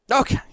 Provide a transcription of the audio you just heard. Okay